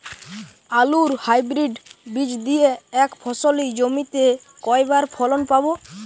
আলুর হাইব্রিড বীজ দিয়ে এক ফসলী জমিতে কয়বার ফলন পাব?